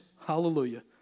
hallelujah